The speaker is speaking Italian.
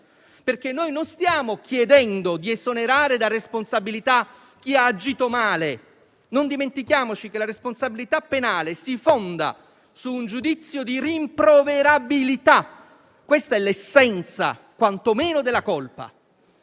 perché noi non stiamo chiedendo di esonerare da responsabilità chi ha agito male. Non dimentichiamoci che la responsabilità penale si fonda su un giudizio di rimproverabilità: questa è l'essenza, quantomeno della colpa.